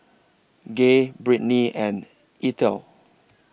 Gay Britney and Eithel